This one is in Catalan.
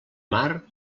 mar